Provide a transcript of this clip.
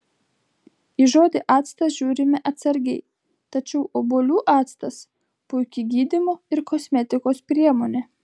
į žodį actas žiūrime atsargiai tačiau obuolių actas puiki gydymo ir kosmetikos priemonė